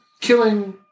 killing